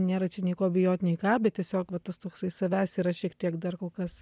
nėra čia nieko bijot nei ką bet tiesiog va tas toksai savęs yra šiek tiek dar kol kas